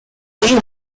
want